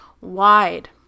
wide